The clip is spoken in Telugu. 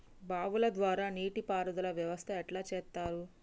బావుల ద్వారా నీటి పారుదల వ్యవస్థ ఎట్లా చేత్తరు?